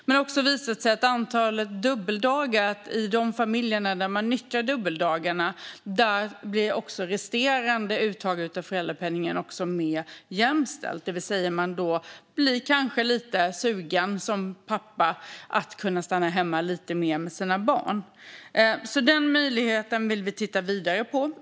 Det har också visat sig att i de familjer där man nyttjar dubbeldagarna blir också resterande uttag av föräldrapenningen mer jämställd. Man blir kanske som pappa lite sugen att kunna stanna hemma lite mer med sina barn. Den möjligheten vill vi titta vidare på.